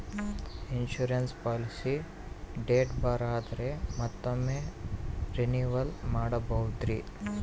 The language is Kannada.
ಇನ್ಸೂರೆನ್ಸ್ ಪಾಲಿಸಿ ಡೇಟ್ ಬಾರ್ ಆದರೆ ಮತ್ತೊಮ್ಮೆ ರಿನಿವಲ್ ಮಾಡಬಹುದ್ರಿ?